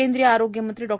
केंद्रीय आरोग्यमंत्री डॉ